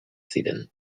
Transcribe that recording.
ziren